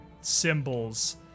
symbols